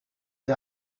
the